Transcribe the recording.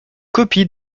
copie